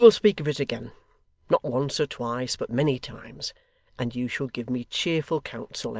we will speak of it again not once or twice, but many times and you shall give me cheerful counsel, emma